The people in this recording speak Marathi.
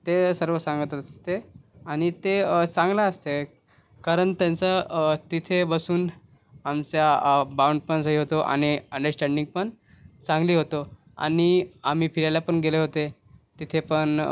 ते सर्व सांगत असते आणि ते चांगलं असते कारण त्यांचा तिथे बसून आमच्या बॉण्डिंग जे होतं आणि अंडरस्टॅण्डिंग पण चांगली होतो आणि आम्ही फिरायला पण गेले होते तिथे पण